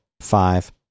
five